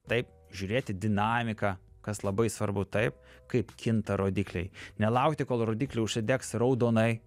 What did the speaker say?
taip žiūrėti dinamiką kas labai svarbu taip kaip kinta rodikliai nelaukti kol rodikliai užsidegs raudonai